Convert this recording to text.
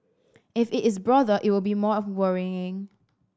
if it is broader it would be more of worrying